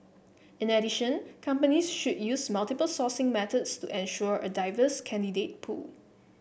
in addition companies should use multiple sourcing methods to ensure a diverse candidate pool